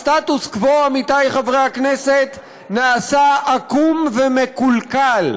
הסטטוס-קוו, עמיתי חברי הכנסת, נעשה עקום ומקולקל,